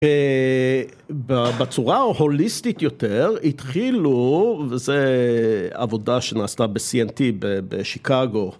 בצורה ההוליסטית יותר התחילו, וזו עבודה שנעשתה ב-CNT בשיקגו.